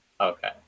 Okay